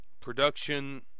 production